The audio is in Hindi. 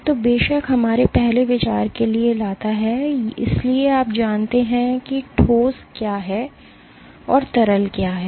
तो बेशक हमारे पहले विचार के लिए लाता है इसलिए आप जानते हैं कि ठोस क्या है और तरल क्या है